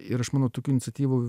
ir aš manau tokių iniciatyvų